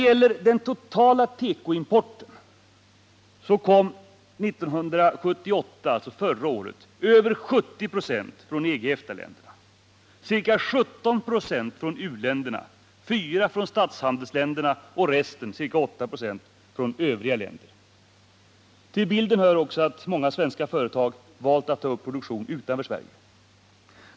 Av den totala tekoimporten kom år 1978, alltså förra året, över 70 96 från EG/EFTA-länderna, ca 1796 från u-länderna, 4 96 från statshandelsländerna och resten, ca 8 26, från övriga länder. Till bilden hör också att många svenska företag valt att ta upp produktion utanför Sverige.